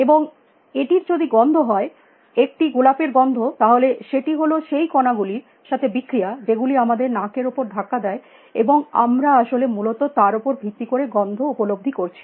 এবং এটির যদি গন্ধ হয় একটি গোলাপের গন্ধ তাহলে সেটি হল সেই কণা গুলির সাথে বিক্রিয়া যেগুলি আমাদের নাকের উপর ধাক্কা দেয় এবং আমরা আসলে মূলত তার উপর ভিত্তি করে গন্ধ উপলব্ধি করছি